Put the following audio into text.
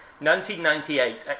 1998